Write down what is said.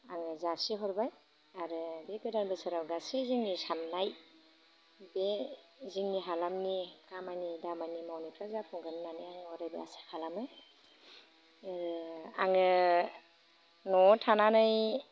आङो जासिहरबाय आरो बे गोदान बोसोराव गासै जोंनि साननाय बे जोंनि हालामनि खामानि दामानि मावनायफ्रा जाफुंगोन होननानै आङो अरायबो आसा खालामो आङो न'आव थानानै